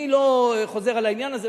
אני לא חוזר על העניין הזה.